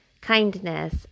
kindness